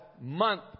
month